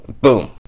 boom